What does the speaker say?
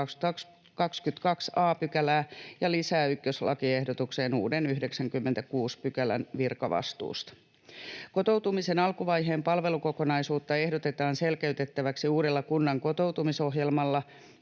22 a §:ää ja lisää ykköslakiehdotukseen uuden 96 §:n virkavastuusta. Kotoutumisen alkuvaiheen palvelukokonaisuutta ehdotetaan selkeytettäväksi uudella kunnan kotoutumisohjelmalla,